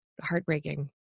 heartbreaking